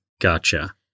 Gotcha